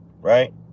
right